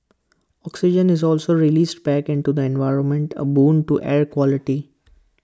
oxygen is also released back into the environment A boon to air quality